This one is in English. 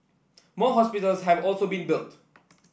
more hospitals have also been built